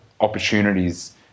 opportunities